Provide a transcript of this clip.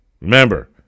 Remember